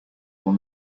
will